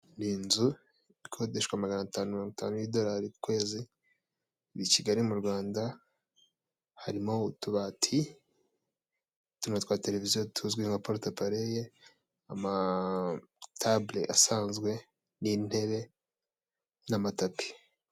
Ni inzu ikodeshwa magana atanu na mirongo itanu y'Idorari ku kwezi i Kigali mu Rwanda, harimo utubati tuno twa tereviziyo tuzwi nka porute paraye, amatabure asanzwe n'intebe n'amatapi.